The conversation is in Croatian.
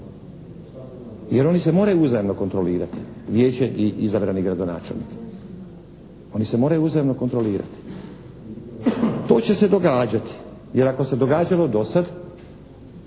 Jer oni se moraju uzajamno kontrolirati, vijeće i izabrani gradonačelnik. Oni se moraju uzajamno kontrolirati. To će se događati jer ako se događalo do sad,